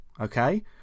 Okay